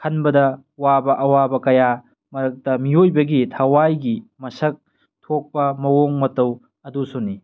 ꯈꯟꯕꯗ ꯋꯥꯕ ꯑꯋꯥꯕ ꯀꯌꯥ ꯀꯔꯛꯇ ꯃꯤꯑꯣꯏꯕꯒꯤ ꯊꯋꯥꯏꯒꯤ ꯃꯁꯛ ꯊꯣꯛꯄ ꯃꯑꯣꯡ ꯃꯇꯧ ꯑꯗꯨꯁꯨꯅꯤ